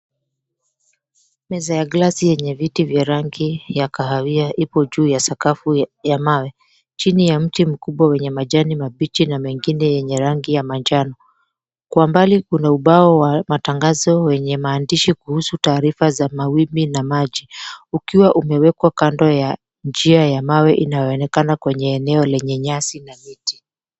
Meza ya glasi yenye viti vya rangi ya kahawia ipo juu ya sakafu ya mawe. Chini ya mti mkubwa wenye majani mabichi na mengine yenye rangi ya manjano. Kwa mbali kuna ubao wa matangazo wenye maandishi kuhusu taarifa za mawimbi na maji. Ukiwa umewekwa kando ya njia ya mawe inayoonekana kwenye eneo lenye nyasi na miti.